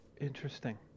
Interesting